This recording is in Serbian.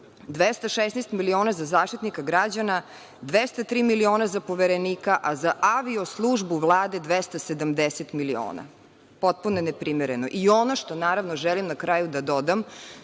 216 miliona za Zaštitnika građana, 203 miliona za poverenika, a za avio-službu Vlade 270 miliona, potpuno je neprimereno. Ono što, naravno, želim na kraju da dodam,